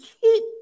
keep